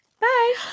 bye